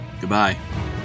Goodbye